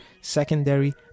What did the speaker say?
secondary